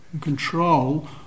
control